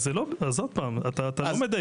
אז זה לא, אז עוד פעם, אתה לא מדייק.